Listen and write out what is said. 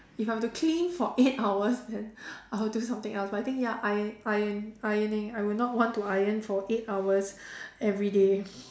if I have to clean for eight hours then I'll do something else but I think ya iron iron ironing I would not want to iron for eight hours everyday